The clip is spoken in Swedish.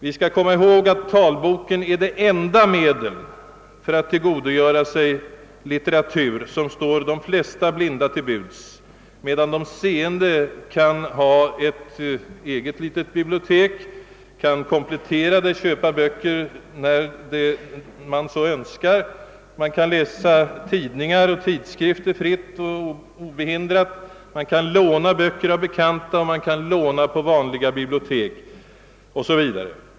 Vi skall ju komma ihåg att talboken är det enda medel för att tillgodogöra sig litteratur som står de flesta blinda till buds, medan seende t.ex. kan ha ett eget litet bibliotek, kan komplettera det genom att köpa nya böcker när de så önskar, de kan ständigt läsa tidningar och tidskrifter obehindrat, kan låna böcker av varandra och på vanliga bibliotek OSV.